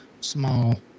small